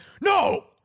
No